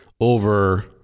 over